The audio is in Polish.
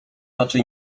raczej